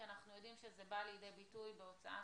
כי אנחנו יודעים שזה בא לידי ביטוי בהוצאה